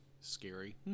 Scary